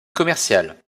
commerciale